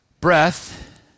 breath